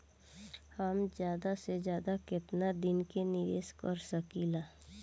हम ज्यदा से ज्यदा केतना दिन के निवेश कर सकिला?